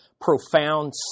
profound